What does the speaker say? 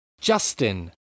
Justin